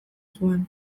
zuen